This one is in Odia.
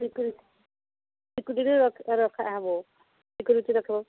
ସିକ୍ୟୁରିଟି ସିକ୍ୟୁରିଟି ରଖା ହବ ସିକ୍ୟୁରିଟି ରଖିବ